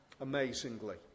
amazingly